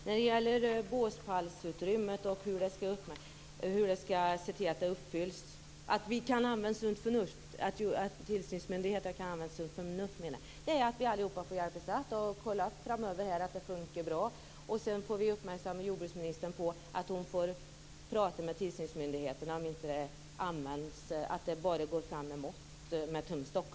Herr talman! När det gäller att se till att tillsynsmyndigheterna använder sunt förnuft i fråga om att uppfylla kraven på båspallsutrymme får vi allihop framöver hjälpas åt och kolla upp att det fungerar bra. Sedan får vi uppmärksamma jordbruksministern på att hon får tala med tillsynsmyndigheterna, om det är så att man bara går fram med tumstock.